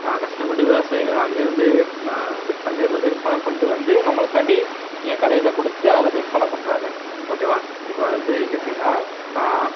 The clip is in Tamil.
நான் கஷ்டப்பட்டு விவசாயம் அங்கேருந்து விற்ப் வி அங்கேருந்து விற்பனை கொண்டு வந்து நம்மளுக்காண்டி இங்கே கடையில் கொடுத்து அதை விற்பனை பண்ணுறாங்க ஓகேவா இப்போ வந்து எப்படின்னா